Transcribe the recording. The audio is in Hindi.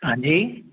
हाँ जी